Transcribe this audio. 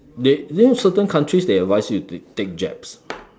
they there are certain countries they advise you to take jabs